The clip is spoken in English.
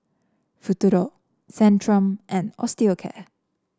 Futuro Centrum and Osteocare